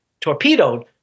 torpedoed